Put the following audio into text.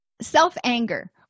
self-anger